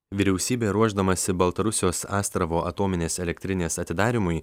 vyriausybė ruošdamasi baltarusijos astravo atominės elektrinės atidarymui